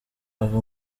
aba